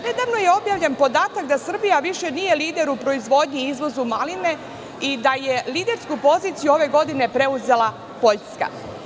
Nedavno je objavljen podatak da Srbija više nije lider u proizvodnji i izvozu maline i da je lidersku poziciju ove godine preuzela Poljska.